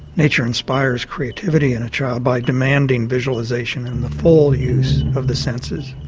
nature inspires creativity in a child by demanding visualisation and the full use of the senses.